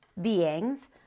beings